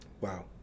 wow